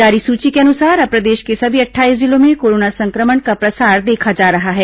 जारी सूची के अनुसार अब प्रदेश के सभी अट्ठाईस जिलों में कोरोना संक्रमण का प्रसार देखा जा रहा है